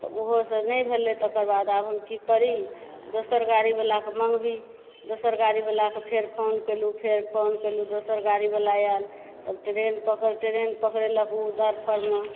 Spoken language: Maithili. तऽ उहोसँ नहि भेलय तकरबाद आब हम कि करी दोसर गाड़ीवला के मँगबी दोसर गाड़ीवला के फेर फोन कयलहुँ फेर फोन कयलहुँ दोसर गाड़ीवला आयल तब ट्रेन पकड़ ट्रेन पकड़ेलक उ धरफरमे